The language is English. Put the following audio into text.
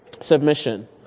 submission